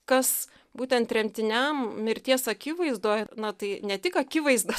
kas būtent tremtiniam mirties akivaizdoj na tai ne tik akivaizda